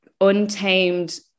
untamed